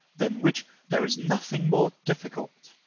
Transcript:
than which there is nothing more difficult.